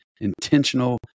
intentional